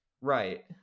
right